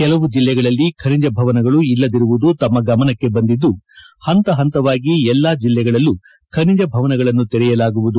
ಕೆಲವು ಜಿಲ್ಲೆಗಳಲ್ಲಿ ಖನಿಜ ಭವನಗಳು ಇಲ್ಲದಿರುವುದು ತಮ್ಮ ಗಮನಕ್ಕೆ ಬಂದಿದ್ದು ಪಂತ ಪಂತವಾಗಿ ಎಲ್ಲಾ ಜಿಲ್ಲೆಗಳಲ್ಲೂ ಖನಿಜ ಭವನಗಳನ್ನು ತೆರೆಯಲಾಗುವುದು